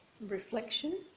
reflection